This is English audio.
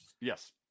yes